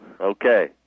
Okay